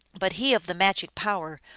but he of the magic power,